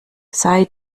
sei